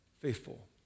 faithful